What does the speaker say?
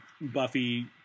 Buffy